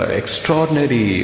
extraordinary